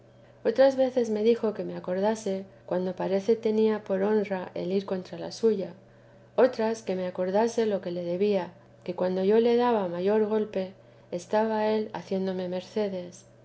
otras veces me dijo que me acordase cuando parece tenía por honra el ir contra la suya otras que me acordase lo que le debía que cuando yo le daba mayor golpe estaba él haciéndome mercedes